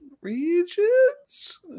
regions